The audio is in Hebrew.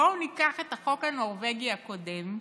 בואו ניקח את החוק הנורבגי הקודם,